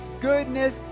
goodness